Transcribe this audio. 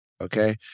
okay